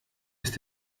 ist